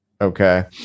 okay